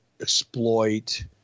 exploit